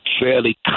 fairly